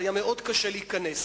היה קשה מאוד להיכנס.